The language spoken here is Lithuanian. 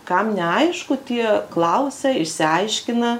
kam neaišku tie klausia išsiaiškina